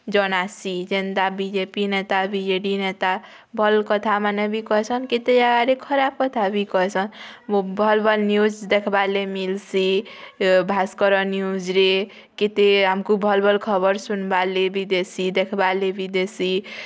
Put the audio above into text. ଜନାସି ଯେନ୍ତା ବିଜେପି ନେତା ବିଜେଡ଼ି ନେତା ଭଲ୍ କଥା ମାନେ ବି କହିସନ୍ କେତେ ଜାଗାରେ ଖରାପ୍ କଥା ବି କହିସନ୍ ଭଲ୍ ଭଲ୍ ନ୍ୟୁଜ୍ ଦେଖ୍ବା ଲାଗି ମିଲ୍ସି ଭାସ୍କର ନ୍ୟୁଜ୍ରେ କେତେ ଆମକୁ ଭଲ୍ ଭଲ୍ ଖବର ଶୁନ୍ବାର୍ ଲାଗି ଦେସି ଦେଖ୍ବାର୍ ଲାଗି ବି ଦେସି